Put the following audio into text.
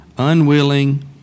unwilling